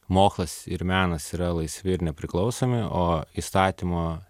mokslas ir menas yra laisvi ir nepriklausomi o įstatymo